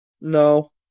No